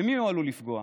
במי הוא עלול לפגוע?